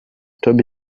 toby